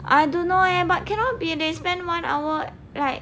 I don't know leh but cannot be they spend one hour like